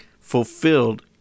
fulfilled